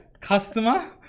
customer